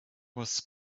was